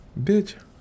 bitch